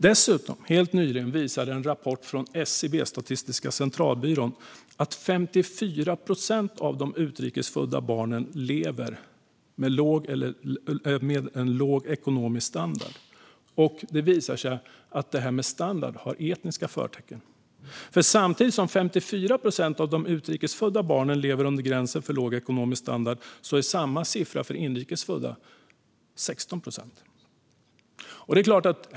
Dessutom visade helt nyligen en rapport från SCB, Statistiska centralbyrån, att 54 procent av de utrikes födda barnen lever med en låg ekonomisk standard, och det visar sig att det här med standard har etniska förtecken. Samtidigt som 54 procent av de utrikes födda barnen lever under gränsen för låg ekonomisk standard är samma siffra för inrikes födda barn 16 procent.